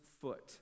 foot